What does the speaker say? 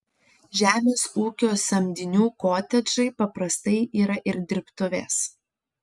žemės ūkio samdinių kotedžai paprastai yra ir dirbtuvės